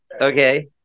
okay